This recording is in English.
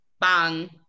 Bang